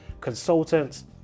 consultants